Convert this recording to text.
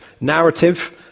narrative